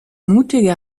mutige